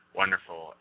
wonderful